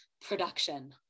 Production